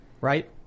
Right